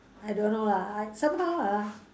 I don't know lah I somehow ah